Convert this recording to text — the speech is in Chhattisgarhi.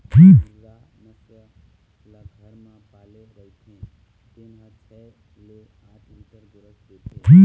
मुर्रा नसल ल घर म पाले रहिथे तेन ह छै ले आठ लीटर गोरस देथे